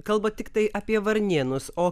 kalbat tiktai apie varnėnus o